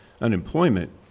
unemployment